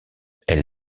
elle